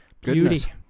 beauty